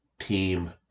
team